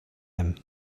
him